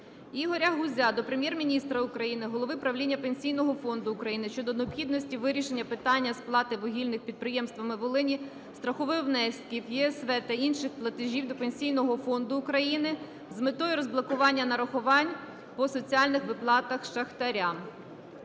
Ігоря Гузя до Прем'єр-міністра України, голови правління Пенсійного фонду України щодо необхідності вирішення питання сплати вугільними підприємствами Волині страхових внесків, ЄСВ та інших платежів до Пенсійного фонду України з метою розблокування нарахувань по соціальних виплатах шахтарям.